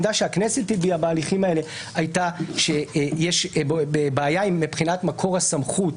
העמדה שהכנסת הביעה בהליכים האלה הייתה שיש בעיה מבחינת מקור הסמכות